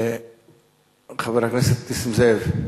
חבר הכנסת נסים זאב?